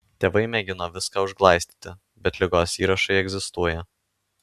tėvai mėgino viską užglaistyti bet ligos įrašai egzistuoja